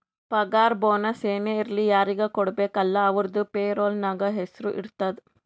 ಪಗಾರ ಬೋನಸ್ ಏನೇ ಇರ್ಲಿ ಯಾರಿಗ ಕೊಡ್ಬೇಕ ಅಲ್ಲಾ ಅವ್ರದು ಪೇರೋಲ್ ನಾಗ್ ಹೆಸುರ್ ಇರ್ತುದ್